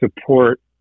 support